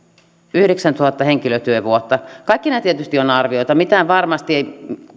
yhdeksäntuhatta henkilötyövuotta kaikki nämä tietysti ovat arvioita mitään varmasti ei